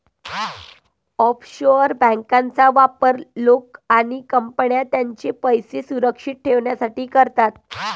offshore बँकांचा वापर लोक आणि कंपन्या त्यांचे पैसे सुरक्षित ठेवण्यासाठी करतात